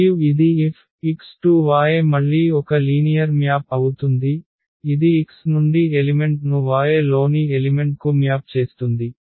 మరియు ఇది F X→Y మళ్ళీ ఒక లీనియర్ మ్యాప్ అవుతుంది ఇది X నుండి ఎలిమెంట్ ను Y లోని ఎలిమెంట్ కు మ్యాప్ చేస్తుంది